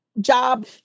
job